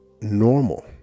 normal